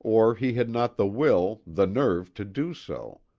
or he had not the will, the nerve, to do so,